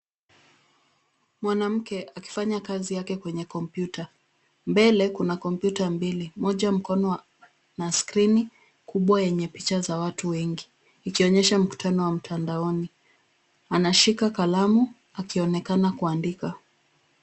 Mwanamke, akifanya kazi yake kwenye kompyuta. Mbele, kuna kompyuta mbili, moja mkono wa na screenpcs] kubwa yenye picha za watu wengi, ikionyesha mkutano wa mtandaoni. Anashika kalamu, akionekana kuandika.